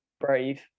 brave